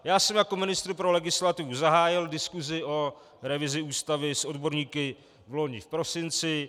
Já jsem jako ministr pro legislativu zahájil diskusi o revizi Ústavy s odborníky vloni v prosinci.